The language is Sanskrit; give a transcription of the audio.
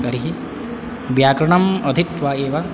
तर्हि व्याकरणम् अधित्वा एव